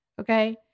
Okay